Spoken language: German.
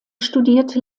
studierte